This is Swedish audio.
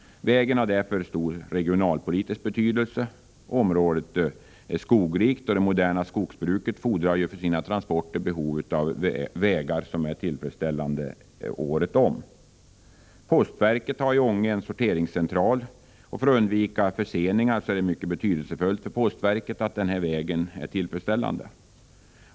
Vägen har därför stor regionalpolitisk betydelse. Området är skogrikt, och det moderna skogsbruket är för sina transporter i behov av vägar som är tillfredsställande året om. Postverket har i Ånge en sorteringscentral. För att undvika förseningar är det mycket betydelsefullt för postverket att denna väg är tillfredsställande.